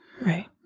Right